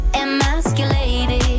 emasculated